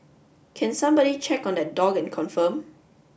can somebody check on that dog and confirm